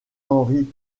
henri